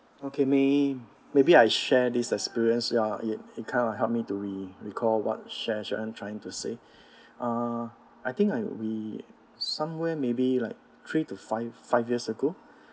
okay may maybe I share this experience ya it kind of helped me to re~ recall what sha~ sharon I'm trying to say uh I think I we somewhere maybe like three to five five years ago